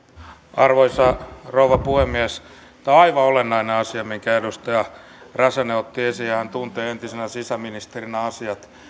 arvoisa rouva puhemies tämä on aivan olennainen asia minkä edustaja räsänen otti esiin ja hän tuntee entisenä sisäministerinä asiat